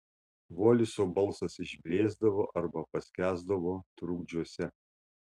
voliso balsas išblėsdavo arba paskęsdavo trukdžiuose